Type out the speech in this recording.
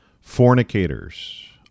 Fornicators